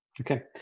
Okay